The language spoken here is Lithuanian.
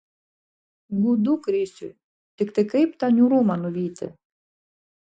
gūdu krisiui tiktai kaip tą niūrumą nuvyti